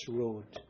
road